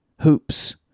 hoops